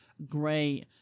Great